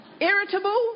Irritable